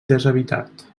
deshabitat